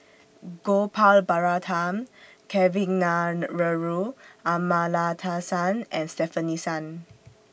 Gopal Baratham Kavignareru Amallathasan and Stefanie Sun